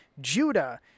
Judah